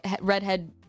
redhead